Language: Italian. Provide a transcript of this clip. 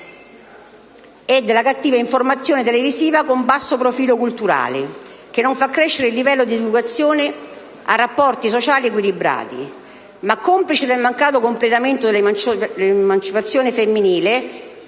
e alla cattiva informazione televisiva con un basso profilo culturale, che non fa crescere il livello di educazione a rapporti sociali equilibrati. Complice del mancato completamento dell'emancipazione femminile